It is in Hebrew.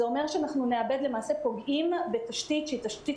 זה אומר שאנחנו פוגעים בתשתית שהיא תשתית